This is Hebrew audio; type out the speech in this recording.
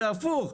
זה הפוך,